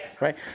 right